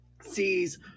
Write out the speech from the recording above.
sees